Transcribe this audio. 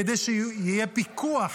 כדי שיהיה פיקוח.